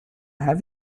have